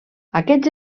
aquests